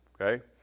okay